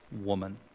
woman